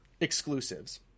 exclusives